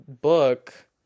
book